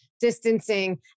distancing